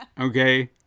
Okay